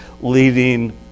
leading